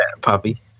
poppy